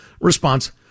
response